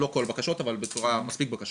לא את כל הבקשות, אבל מספיק בקשות.